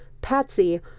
Patsy